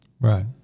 Right